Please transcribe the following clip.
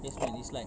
yes man is like